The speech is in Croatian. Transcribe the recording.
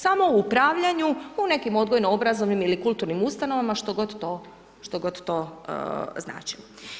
Samo u upravljanju u nekim odgojno-obrazovnim ili kulturnim ustanovama, što god to značilo.